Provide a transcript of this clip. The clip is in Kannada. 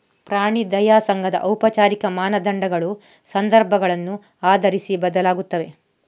ಪ್ರಾಣಿ ದಯಾ ಸಂಘದ ಔಪಚಾರಿಕ ಮಾನದಂಡಗಳು ಸಂದರ್ಭಗಳನ್ನು ಆಧರಿಸಿ ಬದಲಾಗುತ್ತವೆ